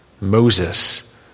Moses